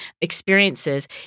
experiences